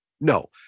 No